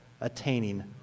attaining